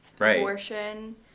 abortion